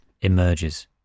emerges